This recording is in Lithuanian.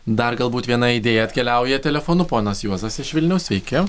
dar galbūt viena idėja atkeliauja telefonu ponas juozas iš vilniaus sveiki